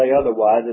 otherwise